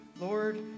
lord